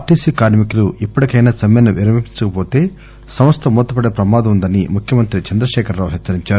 TC కార్మికులు ఇప్పటికయినా సమ్మెను విరమించకవోతే సంస్ల మూతపడే ప్రమాదం వుందని ముఖ్యమంత్రి చంద్రశేఖరరావు హెచ్చరించారు